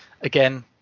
Again